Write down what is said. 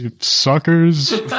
suckers